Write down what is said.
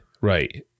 Right